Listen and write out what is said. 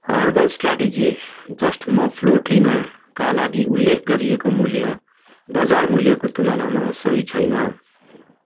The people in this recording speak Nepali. herbal strategy just mop floor क्लिनरका लागि उल्लेख गरिएको मूल्य बजार मूल्यको तुलनामा सही छैन